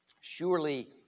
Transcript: Surely